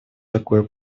такое